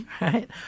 right